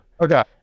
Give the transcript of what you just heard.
okay